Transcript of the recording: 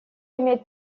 имеет